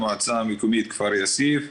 המועצה המקומית כפר יאסיף,